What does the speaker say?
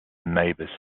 neighbour